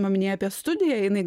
paminėjai apie studiją jinai